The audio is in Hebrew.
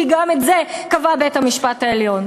כי גם את זה קבע בית-המשפט העליון.